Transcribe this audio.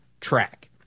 track